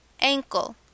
Ankle